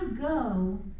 go